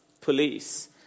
police